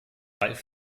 ralf